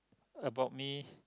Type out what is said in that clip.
about me